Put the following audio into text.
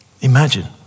Imagine